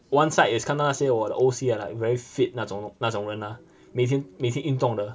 one side is kena say !wah! the O_C ah like very fit 那种那种人 ah 每天每天运动的